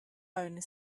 owner